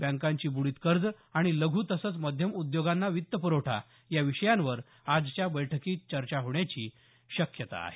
बँकांची बुडीत कर्जं आणि लघु तसंच मध्यम उद्योगांना वित्तप्रवठा या विषयांवर आजच्या बैठकीत चर्चा होण्याची शक्यता आहे